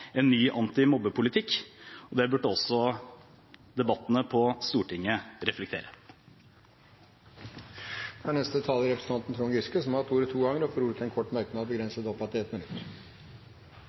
en ny antimobbepolitikk. Det burde også debattene på Stortinget reflektere. Representanten Trond Giske har hatt ordet to ganger tidligere og får ordet til en kort merknad, begrenset oppad til 1 minutt.